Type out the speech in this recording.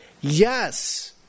yes